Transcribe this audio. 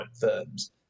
firms